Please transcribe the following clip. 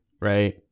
right